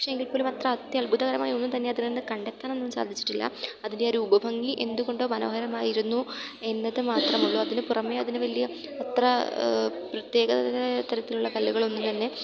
പക്ഷെ എങ്കിൽപ്പോലും അത്ര അത്യത്ഭുതകരമായൊന്നും തന്നെ അതിൽനിന്ന് കണ്ടെത്താനൊന്നും സാധിച്ചിട്ടില്ല അതിൻറ്റെയൊരു ഉപഭംഗി എന്തുകൊണ്ടോ മനോഹരമായിരുന്നു എന്നത് മാത്രമുള്ളൂ അതിന് പുറമേ അതിന് വലിയ അത്ര പ്രത്യേക തരത്തിലുള്ള കല്ലുകളൊന്നും തന്നെ